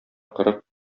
кырык